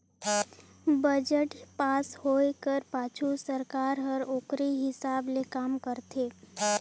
budget pass होए कर पाछू सरकार हर ओकरे हिसाब ले काम करथे